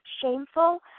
shameful